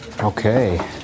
Okay